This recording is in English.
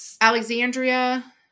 Alexandria